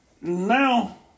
now